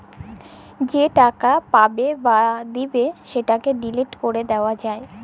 যে টাকাট পাবেক বা দিবেক সেটকে ডিলিট ক্যরে দিয়া যায়